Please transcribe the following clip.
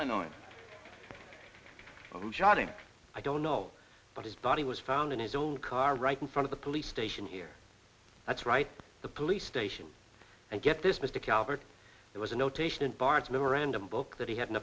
shouting i don't know but his body was found in his own car right in front of the police station here that's right the police station and get this mr calvert there was a notation in bart's memorandum book that he had an